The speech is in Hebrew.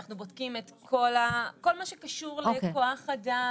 אנחנו בודקים את כל מה שקשור לכוח אדם,